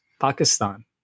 Pakistan